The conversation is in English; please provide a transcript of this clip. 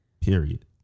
Period